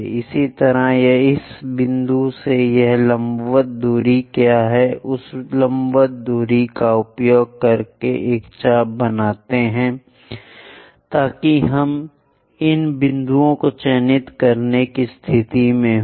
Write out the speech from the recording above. इसी तरह इस बिंदु से यह लंबवत दूरी क्या है उस लंबवत दूरी का उपयोग करके एक चाप बनाते हैं ताकि हम इन बिंदुओं को चिह्नित करने की स्थिति में होंगे